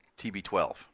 TB12